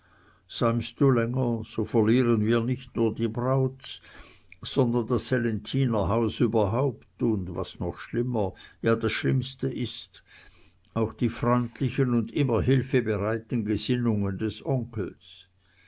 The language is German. du länger so verlieren wir nicht nur die braut sondern das sellenthiner haus überhaupt und was noch schlimmer ja das schlimmste ist auch die freundlichen und immer hilfebereiten gesinnungen des onkels